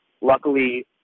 luckily